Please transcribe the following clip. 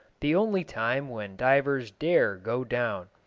the only time when divers dare go down.